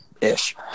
Ish